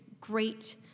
great